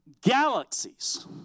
galaxies